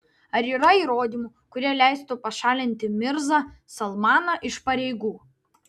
ar yra įrodymų kurie leistų pašalinti mirzą salmaną iš pareigų